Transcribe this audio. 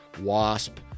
wasp